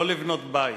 לא לבנות בית,